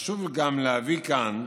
חשוב גם להביא כאן,